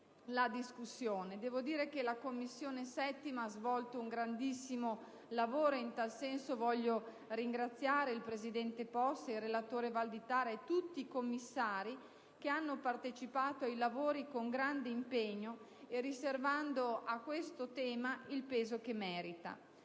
7a Commissione ha svolto un grandissimo lavoro e in tal senso voglio ringraziare il presidente Possa, il relatore, senatore Valditara, e tutti i componenti della Commissione, che hanno partecipato ai lavori con grande impegno e riservando a questo tema il peso che merita.